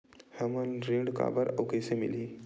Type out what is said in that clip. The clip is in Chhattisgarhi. हमला ऋण काबर अउ कइसे मिलही?